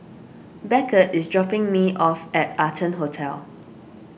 Beckett is dropping me off at Arton Hotel